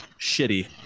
shitty